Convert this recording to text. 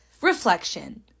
reflection